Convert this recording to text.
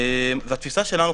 והתפיסה שלנו,